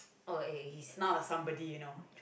oh is now a somebody you know